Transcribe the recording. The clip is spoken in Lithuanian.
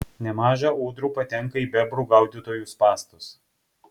nemaža ūdrų patenka į bebrų gaudytojų spąstus